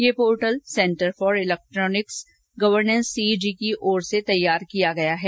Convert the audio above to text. यह portal centre for electronics governance CEG की ओर से तैयार किया गया है